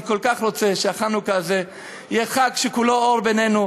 כל כך רוצה שהחנוכה הזה יהיה חג שכולו אור בינינו.